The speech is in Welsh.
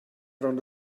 rownd